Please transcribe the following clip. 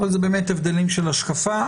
אבל אלה באמת הבדלים של השקפה.